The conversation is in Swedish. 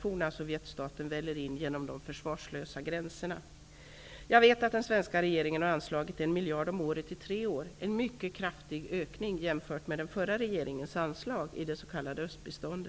forna Sovjetstaten väller in över de försvarslösa gränserna. Jag vet att den svenska regeringen har anslagit 1 miljard om året i tre år, en mycket kraftig ökning jämfört med den förra regeringens anslag, i s.k. östbistånd.